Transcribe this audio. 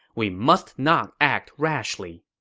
we must not act rashly.